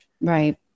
Right